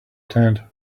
tent